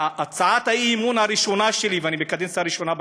הצעת האי-אמון הראשונה שלי ואני בקדנציה ראשונה בכנסת,